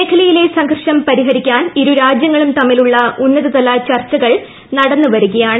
മേഖലയിലെ സംഘർഷ് പരിഹരിക്കാൻ ഇരു രാജ്യ ങ്ങളും തമ്മിലുള്ള ഉന്നതതല ച്ചർച്ച്കൾ നടന്നു വരികയാണ്